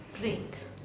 Great